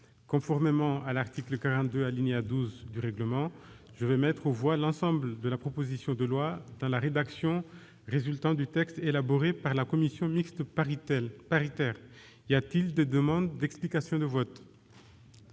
Conformément à l'article 42, alinéa 12, du règlement, je vais mettre aux voix l'ensemble de la proposition de loi dans la rédaction résultant du texte élaboré par la commission mixte paritaire. Personne ne demande la parole ?